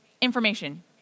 information